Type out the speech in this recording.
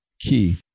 key